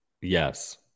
Yes